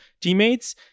teammates